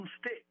stick